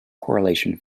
correlation